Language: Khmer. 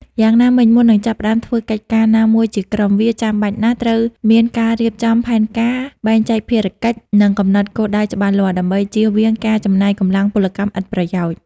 យ៉ាងណាមិញមុននឹងចាប់ផ្ដើមធ្វើកិច្ចការណាមួយជាក្រុម វាចាំបាច់ណាស់ត្រូវមានការរៀបចំផែនការ បែងចែកភារកិច្ច និងកំណត់គោលដៅច្បាស់លាស់ ដើម្បីជៀសវាងការចំណាយកម្លាំងពលកម្មឥតប្រយោជន៍។